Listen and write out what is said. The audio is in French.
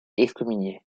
excommunié